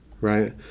right